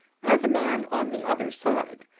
as a man on the other side,